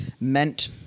meant